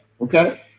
okay